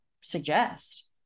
suggest